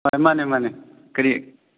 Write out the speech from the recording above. ꯃꯥꯟꯅꯦ ꯃꯥꯟꯅꯦ ꯀꯔꯤ